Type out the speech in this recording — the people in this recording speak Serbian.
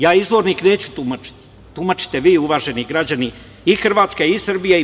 Ja izvornik neću tumačiti, tumačite vi uvaženi građani i Hrvatske i Srbije i BiH.